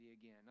again